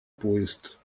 поезд